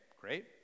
great